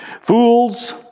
Fools